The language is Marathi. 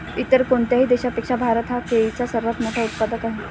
इतर कोणत्याही देशापेक्षा भारत हा केळीचा सर्वात मोठा उत्पादक आहे